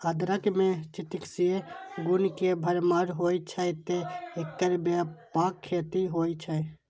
अदरक मे चिकित्सीय गुण के भरमार होइ छै, तें एकर व्यापक खेती होइ छै